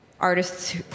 artists